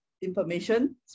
information